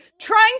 trying